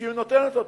שהיא נותנת.